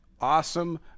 awesome